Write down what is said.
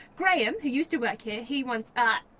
graham, who used to work here, he once ah,